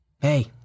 Hey